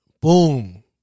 Boom